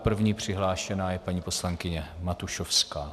První přihlášená je paní poslankyně Matušovská.